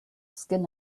skin